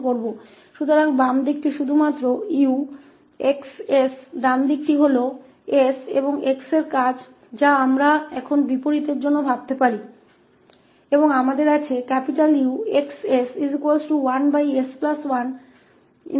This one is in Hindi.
तो बाएं हाथ की ओर केवल 𝑈𝑥 𝑠 है दाहिने हाथ की s ओर xऔर का कार्य है जिसे अब हम इनवर्स के लिए सोच सकते हैं